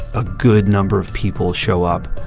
a good number of people show up,